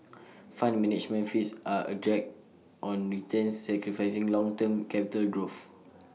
fund management fees are A drag on returns sacrificing long term capital growth